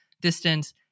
distance